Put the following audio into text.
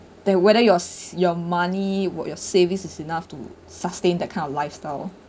then whether your s~ your money or your saving is enough to sustain that kind of lifestyle